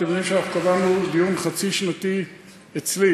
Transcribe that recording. אתם יודעים שאנחנו קבענו דיון חצי-שנתי אצלי,